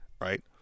right